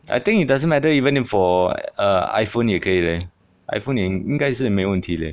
I think it doesn't matter even in for a iphone 也可以 leh iphone 呢应该是没问题 leh